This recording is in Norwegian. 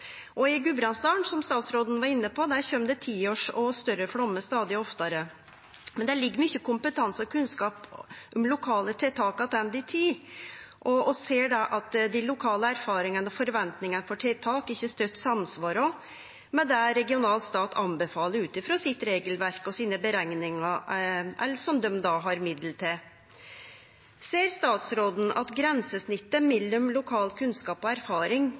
I Gudbrandsdalen – som statsråden var inne på – kjem det tiårs- og større flaumar stadig oftare. Men det ligg føre mykje kompetanse og kunnskap om lokale tiltak attende i tid, og vi ser at dei lokale erfaringane og forventingane om tiltak ikkje støtt samsvarar med det den regionale staten anbefaler ut frå regelverket sitt og berekningane sine, eller med det dei har midlar til. Ser statsråden at grensesnittet mellom lokal kunnskap og erfaring